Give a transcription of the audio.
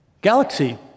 Galaxy